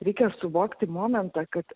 reikia suvokti momentą kad